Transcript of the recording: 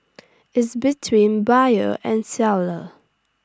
is between buyer and seller